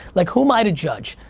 like who am i to judge?